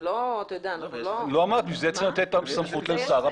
לא אמרתי, בשביל זה צריך לתת סמכות לשר הפנים.